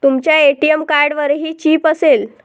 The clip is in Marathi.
तुमच्या ए.टी.एम कार्डवरही चिप असेल